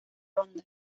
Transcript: ronda